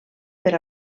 per